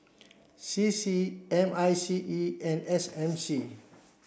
C C M I C E and S M C